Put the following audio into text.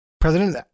President